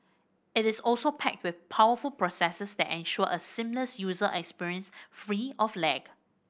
it is also packed with powerful processors that ensure a seamless user experience free of lag